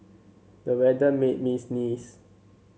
the weather made me sneeze